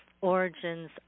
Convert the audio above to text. Origins